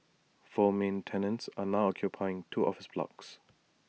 four main tenants are now occupying two office blocks